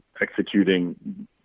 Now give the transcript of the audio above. executing